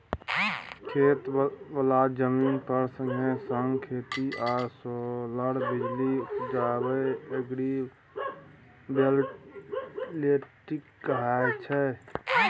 खेत बला जमीन पर संगे संग खेती आ सोलर बिजली उपजाएब एग्रीबोल्टेइक कहाय छै